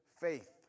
faith